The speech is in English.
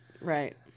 Right